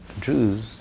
Jews